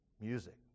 music